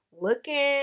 looking